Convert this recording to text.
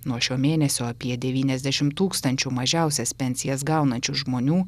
nuo šio mėnesio apie devyniasdešimt tūkstančių mažiausias pensijas gaunančių žmonių